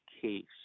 case